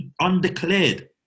Undeclared